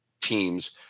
teams